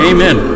Amen